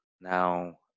Now